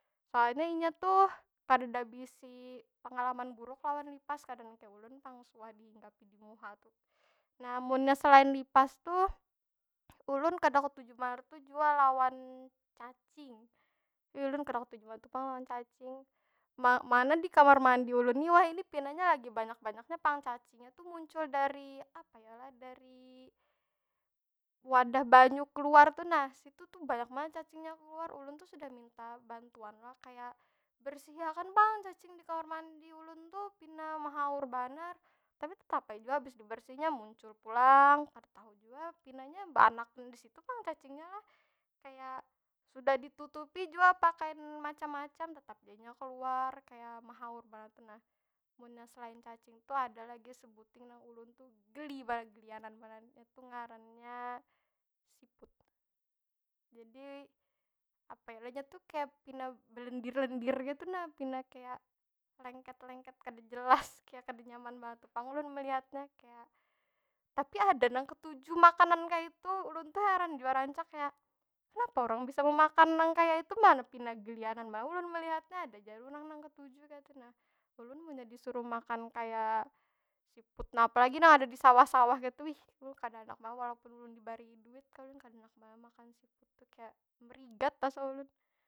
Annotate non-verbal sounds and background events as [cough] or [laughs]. Soalnya inya tuh, kadeda bisi pengalaman buruk lawan lipas. Kada nang kaya ulun pang, suah dihinggapi di muha tuh. Nah, munnya selain lipas tuh. Ulun kada ketuju banar tu jua lawan cacing. Ih, ulun kada ketuju banar tu pang lawan cacing. Ma- mana di kamar mandi ulun ni wahini ni pinanya lagi banyak- banyaknya pang cacingnya tu muncul dari apa yo lah, dari wadah banyu keluar tu nah. Situ tuh banyak banar cacingnya keluar. Ulun tu sudah minta bantuan lo, kaya bersihi akan pang cacing di kamar mandi ulun tu, pina mahaur banar. Tapi tetapi ai jua habis dibersihi, nya muncul pulang. Kada tahu jua pinanya, baanakan di situ pang cacingnya lah. Kaya sudah ditutupi jua pakai nang macam- macam, tetap ja inya keluar. Kaya mehaur banar tu nah. Munnya selain cacing tu ada lagi sebuting nang ulun tu geli banar, gelianan banar. Itu ngarannya siput. Jadi, apa yo lah? Inya tu pina kaya belendir- lendir kaytu nah, pina kaya lengket- lengket kada [laughs] jelas. Kaya kada nyaman banar tu pang ulun meliatnya. Kaya, tapi ada nang ketuju makanan kaytu. Ulun tu heran jua rancak, kaya kenapa urang bisa memakan nang kaya itu? Mana pina gelianan banar ulun melihatnya. Ada aja urang nang kejutu kaytu nah. Ulun munnya disuruh makan kaya siput. Nah apalagi nang ada di sawah- sawah kaytu, wih ulun kada handak banar walaupun ulun dibari duit kah. Ulun kada handak banar makan siput tuh. Kaya merigat asa ulun.